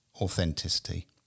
authenticity